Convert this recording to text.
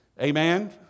Amen